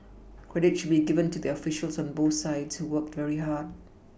credit should be given to the officials on both sides who worked very hard